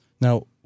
Now